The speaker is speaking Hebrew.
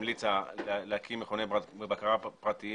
שהמליצה להקים מכוני בקרה פרטיים